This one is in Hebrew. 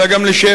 אלא גם לשבח,